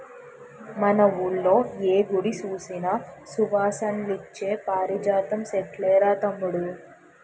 మన వూళ్ళో ఏ గుడి సూసినా సువాసనలిచ్చే పారిజాతం సెట్లేరా తమ్ముడూ